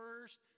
first